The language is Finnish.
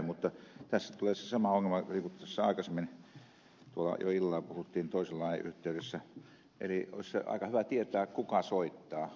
mutta tässä tulee se sama ongelma mistä tuossa jo aikaisemmin illalla puhuttiin toisen lain yhteydessä eli olisi aika hyvä tietää kuka soittaa